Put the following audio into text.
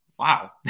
Wow